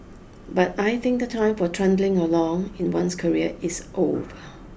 but I think the time for trundling along in one's career is over